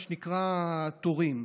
מה שנקרא, תורים.